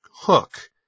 hook